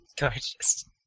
Gorgeous